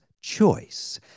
choice